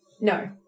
No